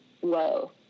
whoa